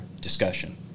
discussion